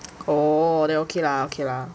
oh then okay lah okay lah